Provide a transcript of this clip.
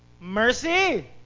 Mercy